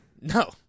No